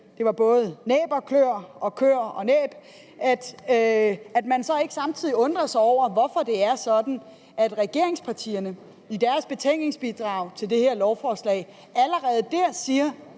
kæmpe med næb og kløer og kløer og næb, at man så ikke samtidig undrer sig over, hvorfor det er sådan, at regeringspartierne allerede i deres betænkningsbidrag til det her lovforslag siger,